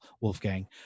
Wolfgang